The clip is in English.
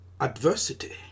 adversity